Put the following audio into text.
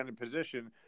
position